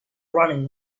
running